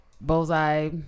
Bullseye